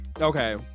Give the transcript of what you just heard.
Okay